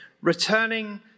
returning